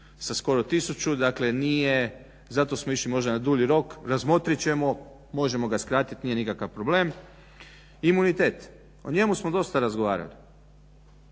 sa skoro 1000, dakle zato smo išli možda na dulji rok, razmotrit ćemo, možemo ga skratit, nije nikakav problem. Imunitet. O njemu smo dosta razgovarali,